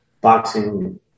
boxing